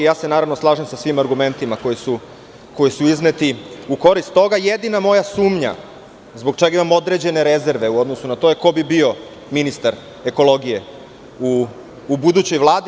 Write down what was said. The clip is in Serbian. Slažem se sa svim argumentima koji su izneti u korist toga, jedina moja sumnja, zbog čega imam određene rezerve u odnosu na to, je ko bi bio ministar ekologije u budućoj vladi.